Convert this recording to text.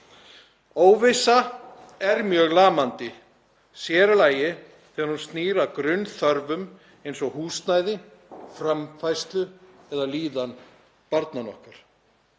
Óvissa er mjög lamandi, sér í lagi þegar hún snýr að grunnþörfum eins og húsnæði, framfærslu eða líðan barnanna okkar.